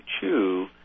chew